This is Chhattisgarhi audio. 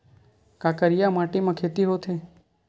का करिया माटी म खेती होथे?